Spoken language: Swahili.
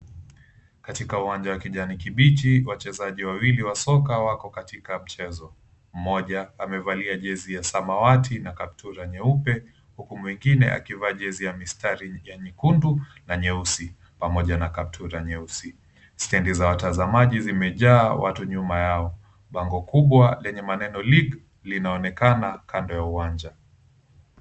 Katika uwanja wa kijani kibichi wachezaji wawili wa soka wako katika mchezo , mmoja amevalia jesy ya samawati na kaptura nyeupe huku mwingine akivaa jezi ya mistari ya nyekundu na nyeusi pamoja na kaptura nyeusi. Stendi za watazamaji zimejaa watu nyuma yao bango kubwa lenye maneno league linonekana kando ya uwanja.